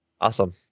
awesome